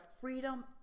freedom